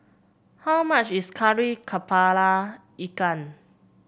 how much is Kari kepala Ikan